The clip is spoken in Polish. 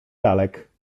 lalek